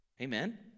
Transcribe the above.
Amen